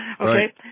Okay